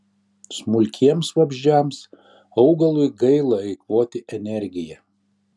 smulkiems vabzdžiams augalui gaila eikvoti energiją